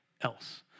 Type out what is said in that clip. else